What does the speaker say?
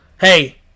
Hey